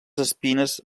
espines